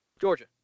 Georgia